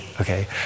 Okay